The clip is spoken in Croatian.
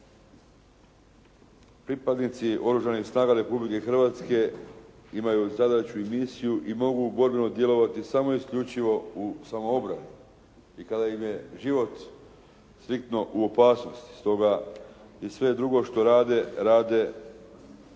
Pripadnici Oružanih snaga Republike Hrvatske imaju zadaću i misiju i mogu borbeno djelovati samo isključivo u samoobrani i kada im je život striktno u opasnosti. Stoga sve drugo što rade rade striktno